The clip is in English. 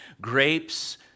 Grapes